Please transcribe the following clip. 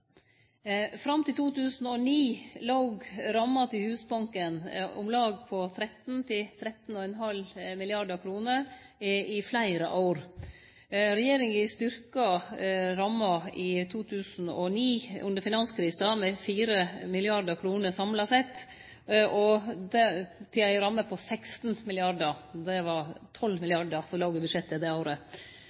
Fram til 2009 låg ramma til Husbanken på 13–13,5 mrd. kr i fleire år. Regjeringa styrkte ramma i 2009 under finanskrisa med 4 mrd. kr samla sett, til ei ramme på 16 mrd. kr – det låg 12 mrd. kr i budsjettet det året.